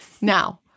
Now